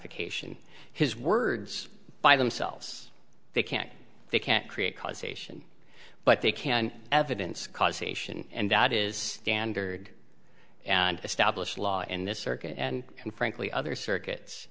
ratification his words by themselves they can't they can't create causation but they can evidence causation and that is standard and established law in this circuit and frankly other circuits